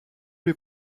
les